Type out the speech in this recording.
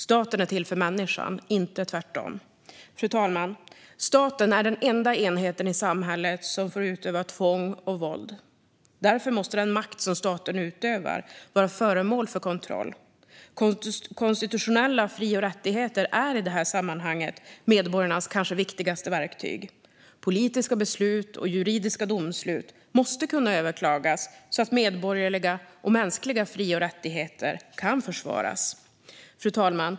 Staten är till för människan, inte tvärtom. Fru talman! Staten är den enda enheten i samhället som får utöva tvång och våld. Därför måste den makt som staten utövar vara föremål för kontroll. Konstitutionella fri och rättigheter är i det sammanhanget medborgarnas kanske viktigaste verktyg. Politiska beslut och juridiska domslut måste kunna överklagas så att medborgerliga och mänskliga fri och rättigheter kan försvaras. Fru talman!